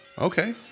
Okay